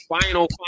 final